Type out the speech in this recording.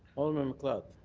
alderman macleod.